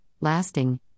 lasting